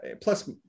plus